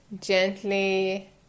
gently